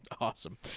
Awesome